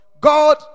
God